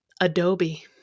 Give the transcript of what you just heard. Adobe